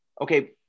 okay